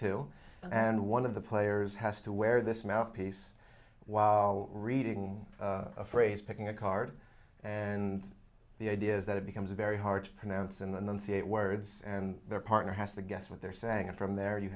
two and one of the players has to wear this mouthpiece while reading a phrase picking a card and the idea is that it becomes very hard to pronounce and then see it words and their partner has to guess what they're saying and from there you